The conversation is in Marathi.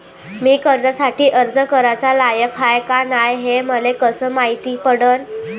मी कर्जासाठी अर्ज कराचा लायक हाय का नाय हे मले कसं मायती पडन?